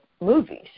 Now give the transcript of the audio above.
movies